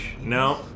no